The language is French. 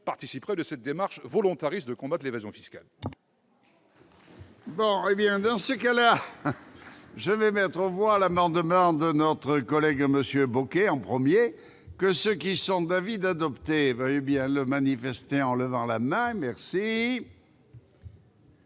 participerait de la démarche volontariste de lutte contre l'évasion fiscale.